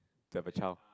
to have a child